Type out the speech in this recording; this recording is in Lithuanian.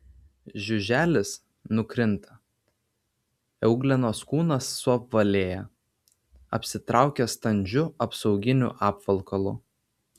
žiuželis nukrinta euglenos kūnas suapvalėja apsitraukia standžiu apsauginiu apvalkalu